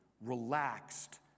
relaxed